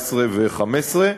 2014 ו-2015.